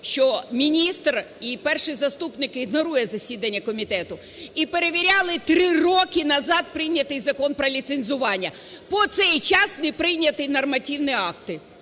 що міністр і перший заступник ігнорують засідання комітету. І перевіряли 3 роки назад прийнятий Закон про ліцензування. По цей час не прийнятий нормативні акти.